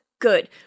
good